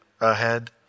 Ahead